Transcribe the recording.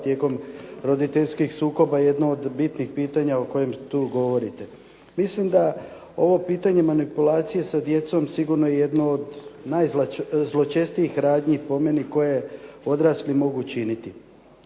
tijekom roditeljskih sukoba jedno od bitnih pitanja o kojem tu govorite. Mislim da ovo pitanje manipulacije sa djecom sigurno je jedno od najzločestijih radnji po meni koje odrasli mogu činiti,